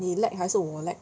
你 lag 还是我 lag